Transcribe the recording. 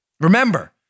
Remember